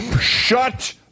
Shut